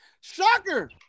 shocker